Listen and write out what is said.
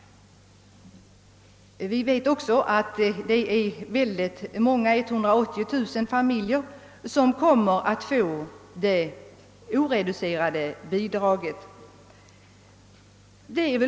Vi vet också att 180 000 familjer kommer att få det oreducerade bidraget.